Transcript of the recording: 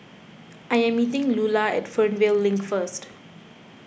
I am meeting Lulah at Fernvale Link first